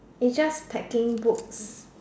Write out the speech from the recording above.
it's just packing books